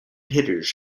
hitters